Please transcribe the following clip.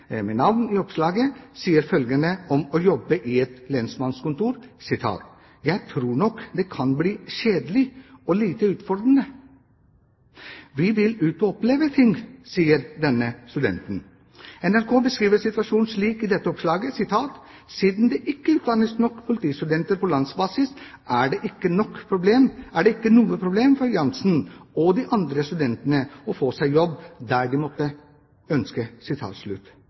med navn i oppslaget, sa følgende om å jobbe på et lensmannskontor: «Jeg tror nok det kan bli kjedelig og lite utfordrende. Vi vil ut og oppleve ting.» NRK beskriver situasjonen slik i dette oppslaget: «Siden det ikke utdannes nok politibetjenter på landsbasis er det ikke noe problem for Jansen, og de andre studentene å få seg jobb der de måtte